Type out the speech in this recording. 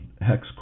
hex